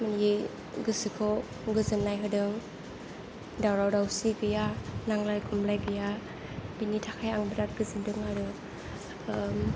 आंनि गोसोखौ गोजोननाय होदों दावराव दावसि गैया नांलाय खमलाय गैया बेनि थाखाय आं बिराद गोजोनदों आरो